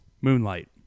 Moonlight